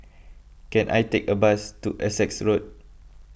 can I take a bus to Essex Road